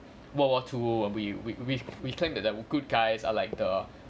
world war two when we we we claim that they were good guys are like the